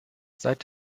seit